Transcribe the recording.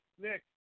Nick